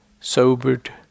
Sobered